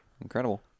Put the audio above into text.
Incredible